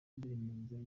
nziza